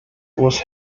was